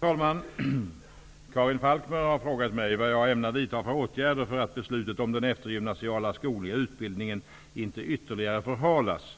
Herr talman! Karin Falkmer har frågat mig vad jag ämnar vidta för åtgärder för att beslutet om den eftergymnasiala skogliga utbildningen inte ytterligare förhalas.